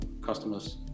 customers